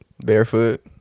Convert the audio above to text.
barefoot